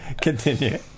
Continue